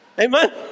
Amen